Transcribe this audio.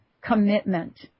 commitment